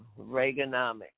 Reaganomics